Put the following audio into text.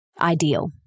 ideal